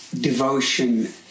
devotion